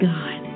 God